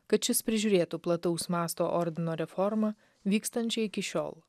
kad šis prižiūrėtų plataus masto ordino reformą vykstančią iki šiol